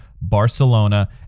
Barcelona